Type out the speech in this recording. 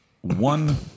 one